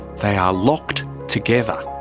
they are locked together.